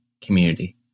community